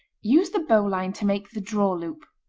use the bowline to make the draw-loop.